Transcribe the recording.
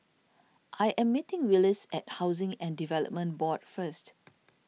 I am meeting Willis at Housing and Development Board First